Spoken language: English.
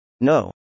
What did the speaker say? No